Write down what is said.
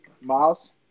Miles